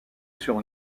sur